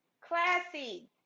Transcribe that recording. classy